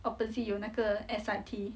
opposite 有那个 S_I_T